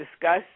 discuss